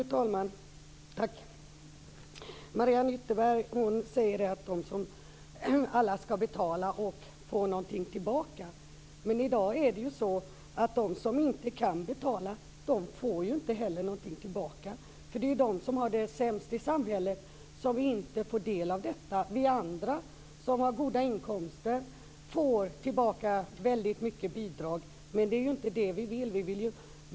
Fru talman! Mariann Ytterberg säger att alla skall betala och få någonting tillbaka. I dag är det så att de som inte kan betala inte heller får någonting tillbaka. Det är de som har det sämst i samhället som inte får del av detta. Vi andra som har goda inkomster får tillbaka väldigt mycket bidrag. Men det är inte det vi vill.